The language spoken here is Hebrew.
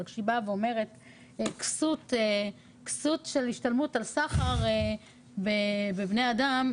כשהיא באה ואומרת כסות של השתלמות על סחר בבני אדם,